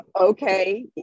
Okay